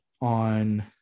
on